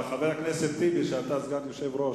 חבר הכנסת טיבי, שאתה סגן יושב-ראש,